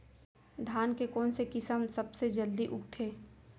धान के कोन से किसम सबसे जलदी उगथे?